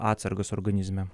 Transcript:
atsargas organizme